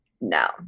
no